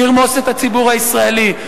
לרמוס את הציבור הישראלי.